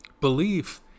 Belief